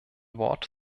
wort